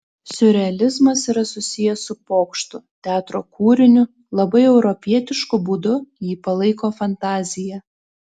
siurrealizmas yra susijęs su pokštu teatro kūriniu labai europietišku būdu jį palaiko fantazija